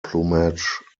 plumage